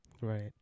Right